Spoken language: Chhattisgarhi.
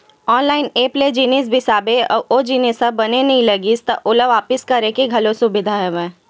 ऑनलाइन ऐप ले जिनिस बिसाबे अउ ओ जिनिस ह बने नइ लागिस त ओला वापिस करे के घलो सुबिधा देवत हे